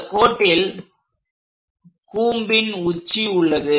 இந்த கோட்டில் கூம்பின் உச்சி உள்ளது